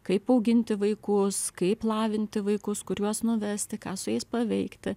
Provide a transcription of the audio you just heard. kaip auginti vaikus kaip lavinti vaikus kur juos nuvesti ką su jais paveikti